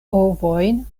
ovojn